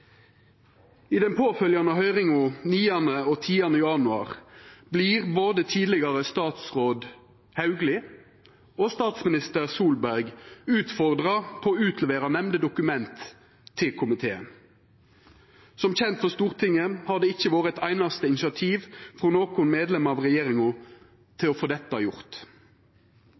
I den påfølgjande høyringa den 9. og 10. januar vart både tidlegare statsråd Hauglie og statsminister Solberg utfordra på å utlevera det nemnde dokumentet til komiteen. Som kjent for Stortinget har det ikkje vore eit einaste initiativ frå nokon medlem av regjeringa for å få dette gjort.